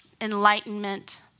enlightenment